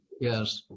yes